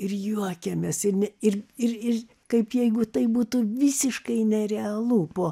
ir juokiamės ir ne ir ir ir kaip jeigu tai būtų visiškai nerealu po